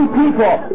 people